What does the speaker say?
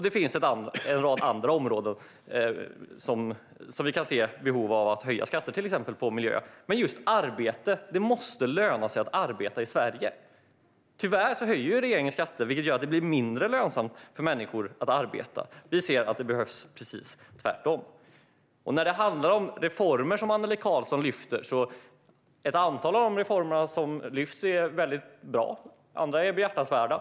Det finns en rad andra områden där vi kan se behov av att höja skatter, till exempel miljön, men det gäller inte just arbete. Det måste löna sig att arbeta i Sverige. Tyvärr höjer regeringen skatter, vilket gör att det blir mindre lönsamt för människor att arbeta. Vi ser att det som behövs är det precis motsatta. Annelie Karlsson lyfter fram olika reformer. Ett antal av reformerna är väldigt bra. Andra är behjärtansvärda.